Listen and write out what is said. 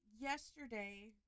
yesterday